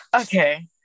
Okay